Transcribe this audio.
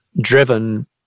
driven